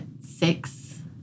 six